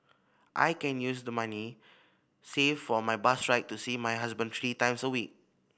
I can use the money saved for my bus ride to see my husband three times a week